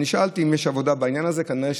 אני שאלתי אם יש עבודה בעניין הזה כנראה,